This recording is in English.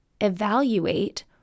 evaluate